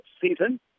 season